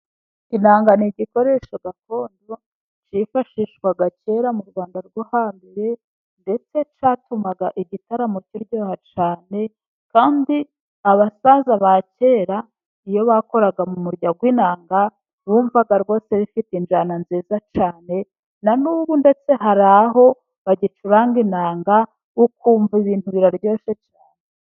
Inanga ni igikoresha gakondo cyifashishwa kera mu Rwanda rwo hambere ndetse cyatumaga igitaramo kiryoha cyane kandi abasaza ba kera iyo bakoraga mu murya w'inanga wumvaga rwose bifite injyana nziza cyane, na n'ubu ndetse hari aho bagicuranga inanga ukumva ibintu biraryoshye cyane.